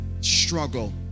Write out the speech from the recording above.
struggle